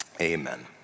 amen